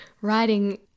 writing